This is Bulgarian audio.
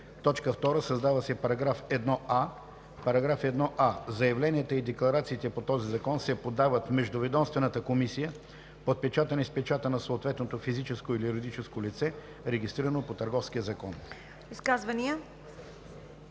2. Създава се § 1а: „§ 1а. Заявленията и декларациите по този закон се подават в Междуведомствената комисия, подпечатани с печата на съответното физическо или юридическо лице, регистрирано по Търговския закон.“.“